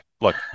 Look